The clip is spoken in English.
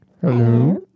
Hello